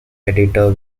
editor